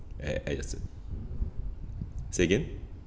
I I just say again